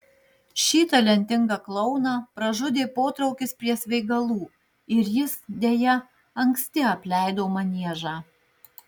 šį talentingą klouną pražudė potraukis prie svaigalų ir jis deja anksti apleido maniežą